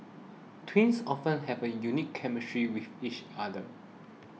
twins often have a unique chemistry with each other